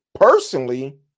personally